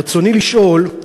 רצוני לשאול: